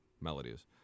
melodies